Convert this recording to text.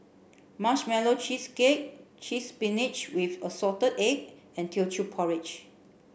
marshmallow cheesecake cheese spinach with assorted egg and Teochew Porridge